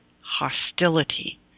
hostility